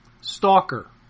Stalker